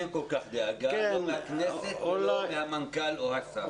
אין כל כך דאגה לא מהכנסת ולא מהמנכ"ל או השר.